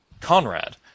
Conrad